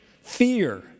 fear